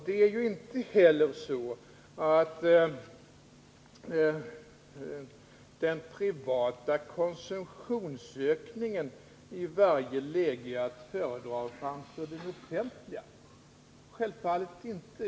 Det är inte heller så att den privata konsumtionsökningen i varje läge är att föredra framför den offentliga — självfallet inte!